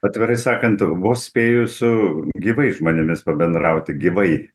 atvirai sakant vos spėju su gyvais žmonėmis pabendrauti gyvai